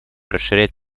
расширять